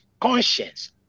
conscience